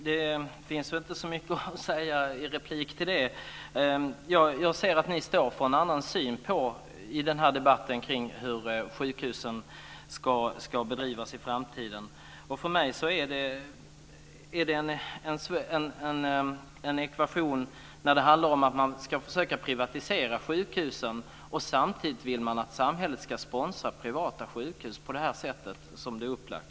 Fru talman! Det finns väl inte så mycket att säga till det. Jag ser att ni står för en annan syn i den här debatten om hur sjukhusen ska drivas i framtiden. För mig är det en ekvation, när det handlar om att man ska försöka privatisera sjukhusen och samtidigt vill att samhället ska sponsra privata sjukhus på det sätt som det är upplagt.